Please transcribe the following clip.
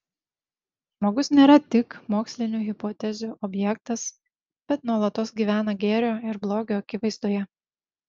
žmogus nėra tik mokslinių hipotezių objektas bet nuolatos gyvena gėrio ir blogio akivaizdoje